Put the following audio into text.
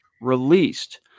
released